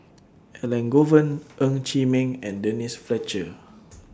Elangovan Ng Chee Meng and Denise Fletcher